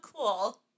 cool